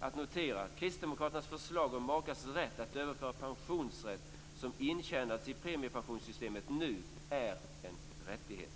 att notera att Kristdemokraternas förslag om makars rätt att överföra pensionsrätt som intjänats i premiepensionssystemet nu är en rättighet.